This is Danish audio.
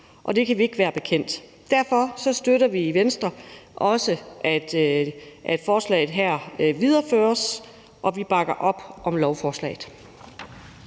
og det kan vi ikke være bekendt. Derfor støtter vi i Venstre også, at forslaget her videreføres, og vi bakker op om lovforslaget.